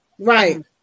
right